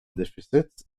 deficits